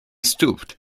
stooped